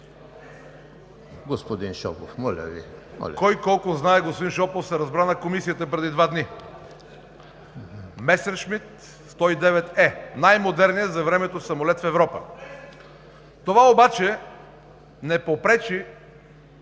Господин Шопов, моля Ви!